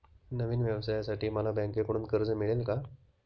नवीन व्यवसायासाठी मला बँकेकडून कर्ज मिळेल का?